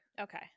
okay